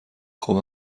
خوب